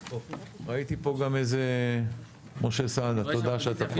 ראיתי פה, משה סעדה, תודה שאתה פה.